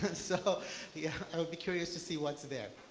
and so yeah i would be curious to see what's there.